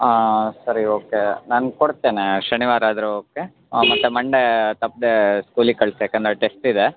ಹಾನ್ ಸರಿ ಓಕೆ ನಾನು ಕೊಡ್ತೇನೆ ಶನಿವಾರ ಆದರೆ ಓಕೆ ಮತ್ತೆ ಮಂಡೆ ತಪ್ಪದೇ ಸ್ಕೂಲಿಗೆ ಕಳಿಸಿ ಯಾಕೆಂದರೆ ಟೆಸ್ಟ್ ಇದೆ